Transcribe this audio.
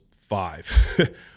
five